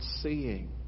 seeing